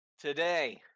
today